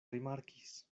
rimarkis